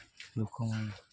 ଲୋକମାନେ